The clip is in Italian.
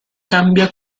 cambia